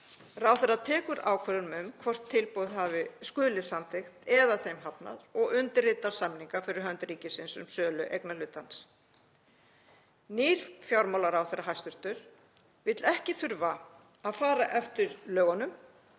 Ráðherra tekur ákvörðun um hvort tilboð skuli samþykkt eða þeim hafnað og undirritar samninga fyrir hönd ríkisins um sölu eignarhlutarins.“ Nýr hæstv. fjármálaráðherra vill ekki þurfa að fara eftir lögunum